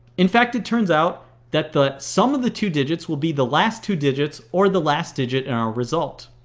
in fact, it turns out that the sum of the two digits will be the last two digits or the last digit in our result.